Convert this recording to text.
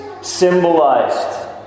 symbolized